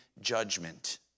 judgment